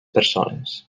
persones